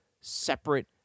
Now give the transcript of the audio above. separate